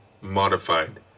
modified